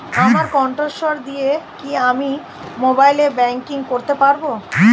আমার কন্ঠস্বর দিয়ে কি আমি মোবাইলে ব্যাংকিং করতে পারবো?